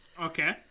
Okay